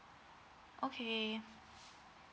okay